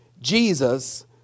Jesus